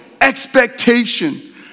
expectation